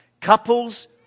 Couples